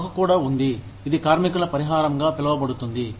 మాకు కూడా ఉంది ఇది కార్మికుల పరిహారంగా పిలువబడుతుంది